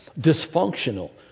dysfunctional